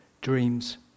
dreams